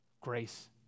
Grace